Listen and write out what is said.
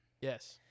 Yes